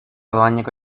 doaneko